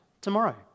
tomorrow